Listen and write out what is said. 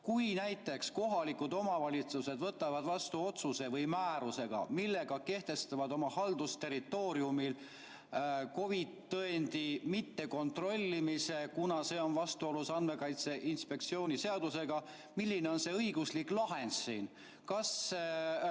kui näiteks kohalikud omavalitsused võtavad vastu otsuse või määruse, millega kehtestavad oma haldusterritooriumil COVID‑i tõendi kontrollimise [keelu], kuna see on vastuolus Andmekaitse Inspektsiooni seadusega, siis milline on õiguslik lahend? Kas